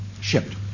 shipped